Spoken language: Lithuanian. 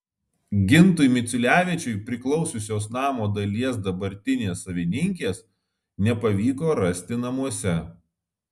gintui miciulevičiui priklausiusios namo dalies dabartinės savininkės nepavyko rasti namuose